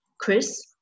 Chris